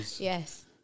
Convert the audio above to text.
Yes